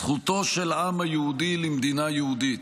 זכותו של העם היהודי למדינה יהודית,